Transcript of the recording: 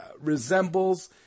resembles